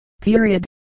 period